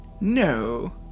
No